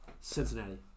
Cincinnati